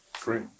Great